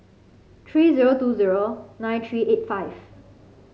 three zero two zero nine three eight five